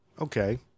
Okay